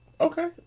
Okay